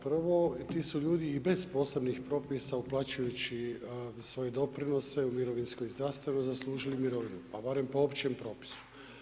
Prvo, ti su ljudi i bez posebnih propisa uplaćujući svoje doprinose u mirovinsko i zdravstveno zaslužili mirovinu pa barem po općem propisu.